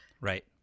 Right